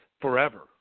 forever